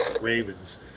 Ravens